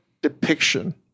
depiction